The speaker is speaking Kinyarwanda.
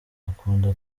akunda